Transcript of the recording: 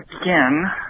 again